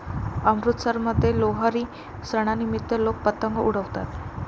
अमृतसरमध्ये लोहरी सणानिमित्त लोक पतंग उडवतात